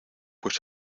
pues